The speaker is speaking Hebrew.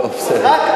נאום רק אנטי-חרדי,